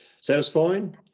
satisfying